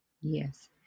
Yes